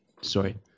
Sorry